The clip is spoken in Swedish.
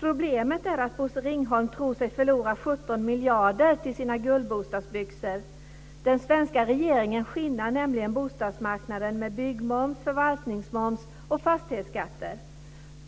Problemet är att Bosse Ringholm tror sig förlora 17 miljarder till sina guldbostadsbyxor. Den svenska regeringen skinnar nämligen bostadsmarknaden med byggmoms, förvaltningsmoms och fastighetsskatter.